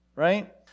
Right